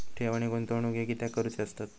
ठेव आणि गुंतवणूक हे कित्याक करुचे असतत?